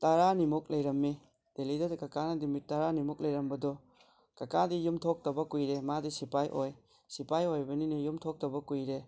ꯇꯔꯥꯅꯤꯃꯨꯛ ꯂꯩꯔꯝꯃꯤ ꯗꯦꯜꯂꯤꯗ ꯀꯀꯥꯅ ꯅꯨꯃꯤꯠ ꯇꯔꯥꯅꯤꯃꯨꯛ ꯂꯩꯔꯝꯕꯗꯣ ꯀꯀꯥꯗꯤ ꯌꯨꯝ ꯊꯣꯛꯇꯕ ꯀꯨꯏꯔꯦ ꯃꯥꯗꯤ ꯁꯤꯄꯥꯍꯤ ꯑꯣꯏ ꯁꯤꯄꯥꯍꯤ ꯑꯣꯏꯕꯅꯤꯅ ꯌꯨꯝ ꯊꯣꯛꯇꯕ ꯀꯨꯏꯔꯦ